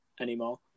anymore